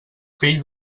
fill